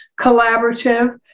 collaborative